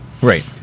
Right